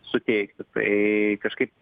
suteikti tai kažkaip